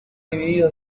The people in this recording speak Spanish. dividido